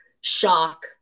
shock